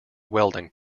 welding